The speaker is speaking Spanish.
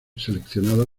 seleccionado